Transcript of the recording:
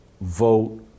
vote